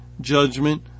judgment